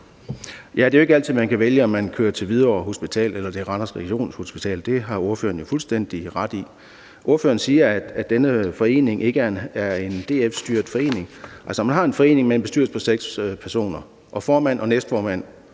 det er jo ikke altid, man kan vælge, om man bliver kørt til Hvidovre Hospital eller til Regionshospitalet Randers – det har ordføreren fuldstændig ret i. Ordføreren siger, at denne forening ikke er en DF-styret forening. Altså, når man har en forening med en bestyrelse på seks personer og formand og næstformand